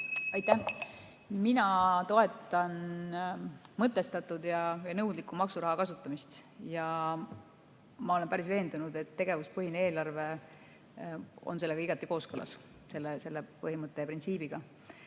Aitäh! Mina toetan mõtestatud ja nõudlikku maksuraha kasutamist. Ma olen päris veendunud, et tegevuspõhine eelarve on igati kooskõlas selle põhimõtte ja printsiibiga.